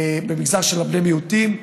במגזר של בני המיעוטים,